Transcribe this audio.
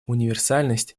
универсальность